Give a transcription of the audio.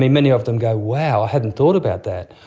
many of them go, wow, i hadn't thought about that,